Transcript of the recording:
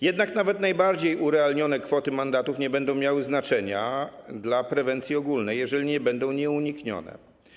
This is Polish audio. Jednak nawet najbardziej urealnione kwoty mandatów nie będą miały znaczenia dla prewencji ogólnej, jeżeli nie będą nieuniknione.